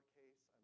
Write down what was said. case